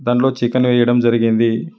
దాంట్లో చికెన్ వేయడం జరిగింది